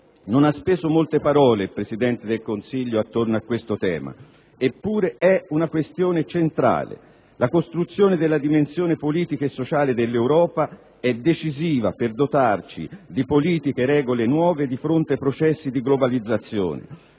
Non ha speso molte parole il Presidente del Consiglio attorno a questo tema, eppure è una questione centrale. La costruzione della dimensione politica e sociale dell'Europa è decisiva per dotarci di politiche e regole nuove di fronte ai processi di globalizzazione